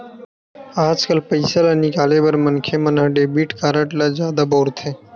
आजकाल पइसा ल निकाले बर मनखे मन ह डेबिट कारड ल जादा बउरथे